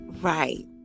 right